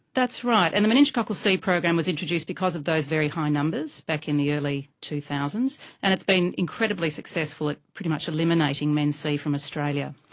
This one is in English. that's right, and the meningococcal c program was introduced because of those very high numbers back in the early two thousand s and it's being incredibly successful at pretty much eliminating men c from australia.